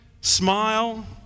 smile